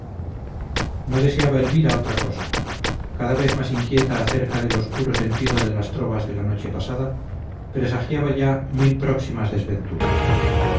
indicado no deseaba elvira otra cosa cada vez más inquieta acerca del oscuro sentido de las trovas de la noche pasada presagiaba ya mil próximas desventuras